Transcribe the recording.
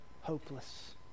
Hopeless